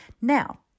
Now